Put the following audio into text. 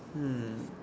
hmm